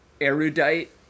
erudite